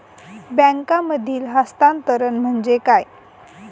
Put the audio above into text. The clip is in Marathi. बँकांमधील हस्तांतरण म्हणजे काय?